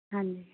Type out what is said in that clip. ਹਾਂਜੀ